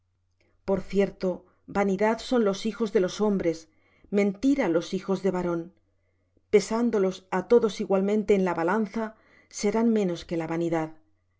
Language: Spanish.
por cierto vanidad son los hijos de los hombres mentira los hijos de varón pesándolos á todos igualmente en la balanza serán menos que la vanidad